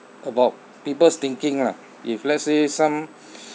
about people's thinking lah if let's say some